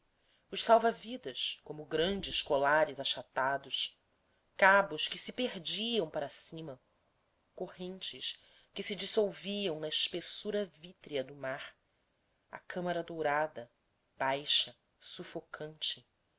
os salva vidas como grandes colares achatados cabos que se perdiam para cima correntes que se dissolviam na espessura vítrea do mar a câmara dourada baixa sufocante